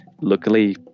luckily